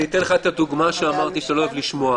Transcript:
אתן לך דוגמה שאתה לא אוהב לשמוע.